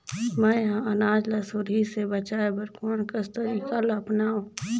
मैं ह अनाज ला सुरही से बचाये बर कोन कस तरीका ला अपनाव?